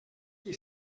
qui